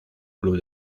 club